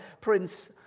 Prince